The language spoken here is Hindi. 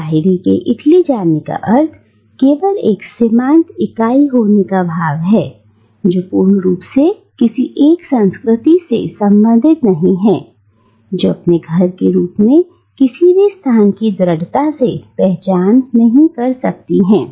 और लाहिरी के इटली जाने का अर्थ केवल एक सीमांत इकाई होने का भाव है जो पूर्ण रूप से किसी एक संस्कृति से संबंधित नहीं है जो अपने घर के रूप में किसी भी स्थान की दृढ़ता से पहचान नहीं कर सकती है